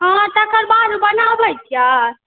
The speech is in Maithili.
हँ तकर बाद बनाबै छियै